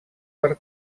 per